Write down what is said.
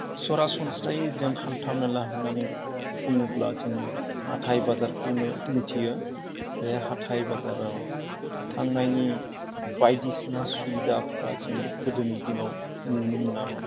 सरासनस्रायै जों हान्था मेला होननानै बुङोब्ला जों हाथाय बाजारखौनो मिथियो बे हाथाय बाजाराव थांनायनि बायदिसिना सुबिदाफोरा जों गोदोनि दिनाव नुनो मोनामोन